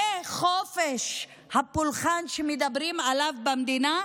זה חופש הפולחן שמדברים עליו במדינה,